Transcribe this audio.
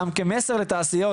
גם כמסר לתעשיות,